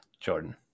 Jordan